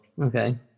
Okay